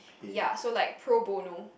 ya so like pro bono